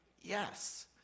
yes